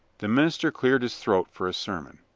the minister cleared his throat for a sermon.